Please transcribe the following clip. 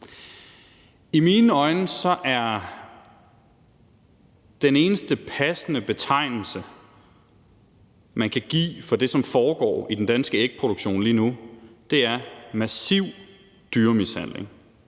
I mine øjne er den eneste passende betegnelse, man kan give det, der foregår i den danske ægproduktion lige nu, at det er massiv dyremishandling,